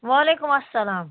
وعلیکُم اَلسَلام